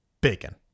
Bacon